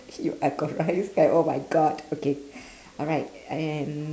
you are cor~ I use oh my god okay alright and